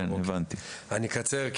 אני אקצר,